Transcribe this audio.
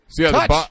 Touch